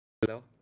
Hello